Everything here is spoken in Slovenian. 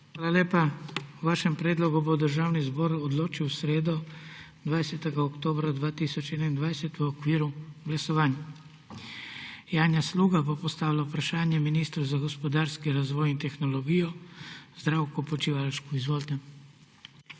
Hvala lepa. O vašem predlogu bo Državni zbor odločal v sredo, 20. oktobra 2021, v okviru glasovanj. Janja Sluga bo postavila vprašanje ministru za gospodarski razvoj in tehnologijo Zdravku Počivalšku. Izvolite.